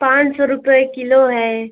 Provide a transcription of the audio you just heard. पाँच सौ रुपए किलो है